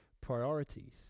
priorities